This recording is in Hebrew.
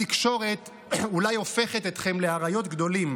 התקשורת אולי הופכת אתכם לאריות גדולים,